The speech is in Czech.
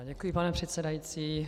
Děkuji, pane předsedající.